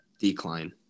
decline